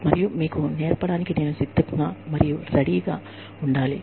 మరియు మీకు నేర్పడానికి నేను సిద్ధంగా ఉండాలి